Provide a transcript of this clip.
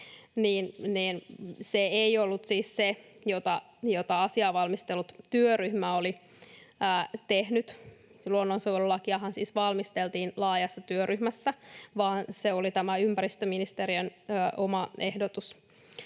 ei siis ollut se, jota asiaa valmistellut työryhmä oli tehnyt — luonnonsuojelulakiahan valmisteltiin laajassa työryhmässä — vaan se oli tämä ympäristöministeriön oma ehdotus,